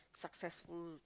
successful